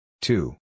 Two